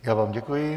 Já vám děkuji.